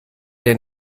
den